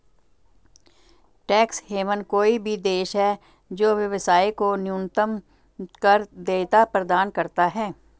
tax haven कोई भी देश है जो व्यवसाय को न्यूनतम कर देयता प्रदान करता है